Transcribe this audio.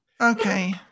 Okay